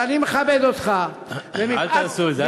אני מכבד אותך, אל תעשו את זה.